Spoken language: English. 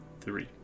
Three